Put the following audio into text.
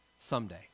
someday